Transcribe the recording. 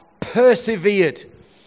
Persevered